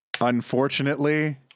Unfortunately